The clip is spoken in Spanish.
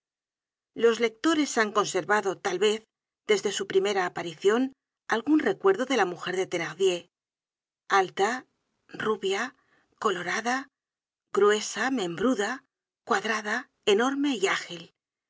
los lectores han conservado tal vez desde su primera aparicion algun recuerdo de la mujer de thenardier alta rubia colorada gruesa membruda cuadrada enorme y ágil